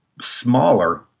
smaller